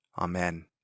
Amen